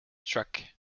truck